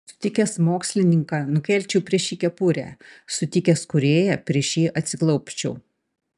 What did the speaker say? sutikęs mokslininką nukelčiau prieš jį kepurę sutikęs kūrėją prieš jį atsiklaupčiau